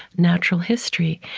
natural history.